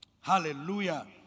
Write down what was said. Hallelujah